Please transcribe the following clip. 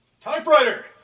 Typewriter